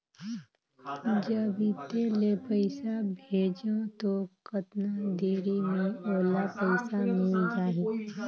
जब इत्ते ले पइसा भेजवं तो कतना देरी मे ओला पइसा मिल जाही?